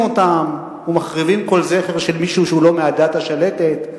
אותם ומחריבים כל זכר של מישהו שהוא לא מהדת השלטת,